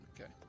Okay